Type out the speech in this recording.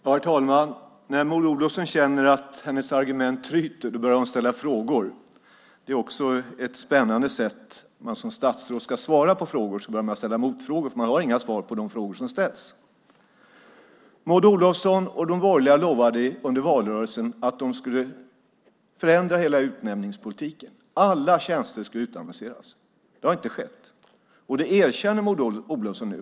Herr talman! När Maud Olofsson känner att hennes argument tryter börjar hon ställa frågor. Det är också ett spännande sätt. När man som statsråd ska svara på frågor börjar man ställa motfrågor, för man har inga svar på de frågor som ställs. Maud Olofsson och de borgerliga lovade under valrörelsen att de skulle förändra hela utnämningspolitiken. Alla tjänster skulle utannonseras. Det har inte skett, och det erkänner Maud Olofsson nu.